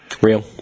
Real